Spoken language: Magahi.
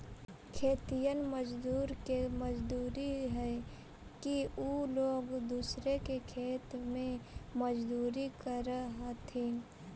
खेतिहर मजदूर के मजबूरी हई कि उ लोग दूसर के खेत में मजदूरी करऽ हथिन